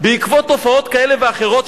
בעקבות תופעות כאלה ואחרות,